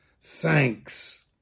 thanks